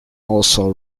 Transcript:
also